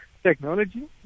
Technology